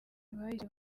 bahise